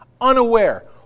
Unaware